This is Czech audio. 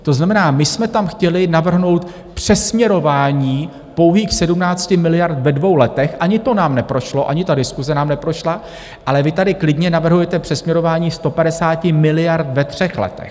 To znamená, my jsme tam chtěli navrhnout přesměrování pouhých 17 miliard ve dvou letech, ani to nám neprošlo, ani ta diskuse nám neprošla, ale vy tady klidně navrhujete přesměrování 150 miliard ve třech letech!